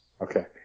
Okay